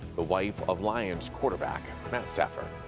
the wife of lions quarterback matthew stafford.